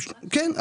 כן,